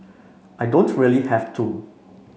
I don't really have to